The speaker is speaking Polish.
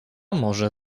może